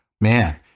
man